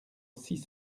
six